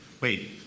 Wait